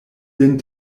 lin